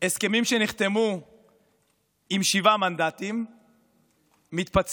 הסכמים שנחתמו עם שבעה מנדטים מתפצלים